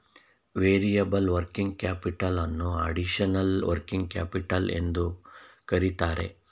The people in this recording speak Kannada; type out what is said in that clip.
ವೇರಿಯಬಲ್ ವರ್ಕಿಂಗ್ ಕ್ಯಾಪಿಟಲ್ ಅನ್ನೋ ಅಡಿಷನಲ್ ವರ್ಕಿಂಗ್ ಕ್ಯಾಪಿಟಲ್ ಎಂದು ಕರಿತರೆ